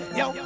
yo